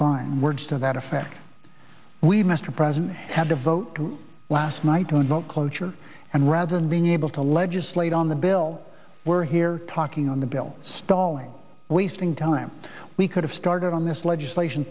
fine words to that effect we must the president had the vote last night to invoke cloture and rather than being able to legislate on the bill we're here talking on the bill stalling wasting time we could have started on this legislation